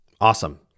Awesome